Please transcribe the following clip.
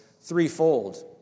threefold